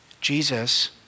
Jesus